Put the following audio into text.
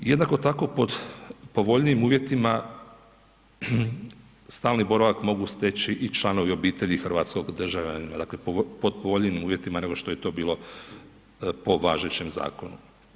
Jednako tako pod povoljnijim uvjetima stalni boravak mogu steći i članovi obitelji hrvatskog državljanina, dakle pod povoljnijim uvjetima nego što je to bilo po važećem zakonu.